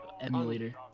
emulator